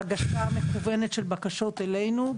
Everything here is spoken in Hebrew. -- הגשה מקוונת של בקשות אלינו.